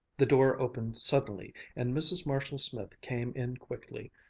the door opened suddenly and mrs. marshall-smith came in quickly,